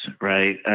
right